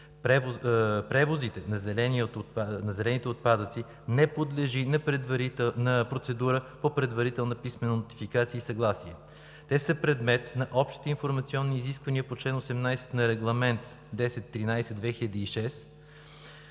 Превозите на зелените отпадъци не подлежат на процедура по предварителна писмена нотификация и съгласие. Те са предмет на общите информационни изисквания по чл. 18 от Регламент (ЕО) № 1013/2006